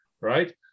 right